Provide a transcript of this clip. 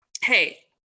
Hey